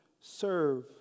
serve